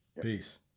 peace